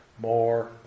more